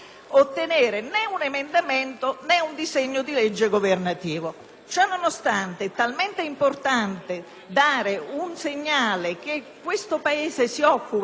Ciò nonostante, è talmente importante dare un segnale per mostrare che questo Paese si occupa delle vittime dei reati, e quindi in particolare in questo momento delle donne,